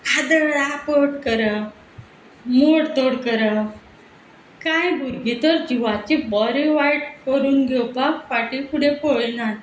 आदळआपट करप मोडतोड करप कांय भुरगीं तर जिवाचें बरें वायट करून घेवपाक फाटीं फुडें पळयनात